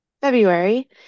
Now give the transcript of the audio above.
February